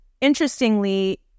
interestingly